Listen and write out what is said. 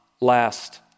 last